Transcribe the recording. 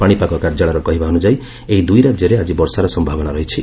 ପାଣିପାଗ କାର୍ଯ୍ୟାଳୟର କହିବା ଅନୁଯାୟୀ ଏହି ଦୁଇ ରାଜ୍ୟରେ ଆଜି ବର୍ଷାର ସମ୍ଭାବନା ରହିଛି